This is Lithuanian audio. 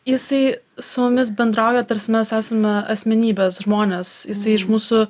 jisai su mumis bendrauja tarsi mes esame asmenybės žmones jisai iš mūsų